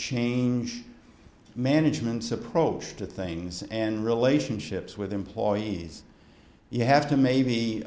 change management's approach to things and relationships with employees you have to maybe